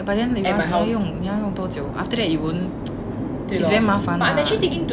but then 你要用你还要用多久 after that it won't it's very 麻烦啦